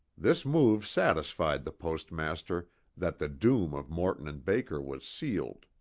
this move satisfied the postmaster that the doom of morton and baker was sealed.